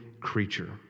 creature